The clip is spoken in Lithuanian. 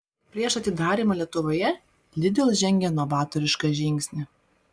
prieš atidarymą lietuvoje lidl žengė novatorišką žingsnį